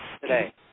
today